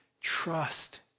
trust